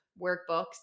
workbooks